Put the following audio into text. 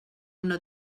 una